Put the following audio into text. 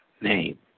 name